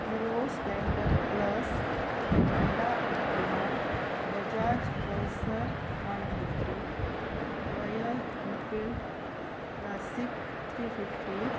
hero splendor plus Honda Activa Bajaj pulsar one fifty Royal Enfield classic three fifty